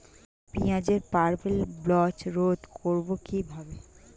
পেঁয়াজের purple blotch রোধ করবো কিভাবে?